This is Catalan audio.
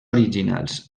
originals